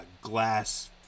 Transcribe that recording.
glass